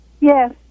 Yes